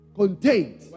contained